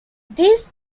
these